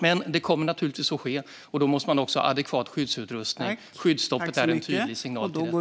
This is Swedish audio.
Det kommer dock naturligtvis att ske, och då måste man ha adekvat skyddsutrustning. Skyddsstoppet är en tydlig signal om det.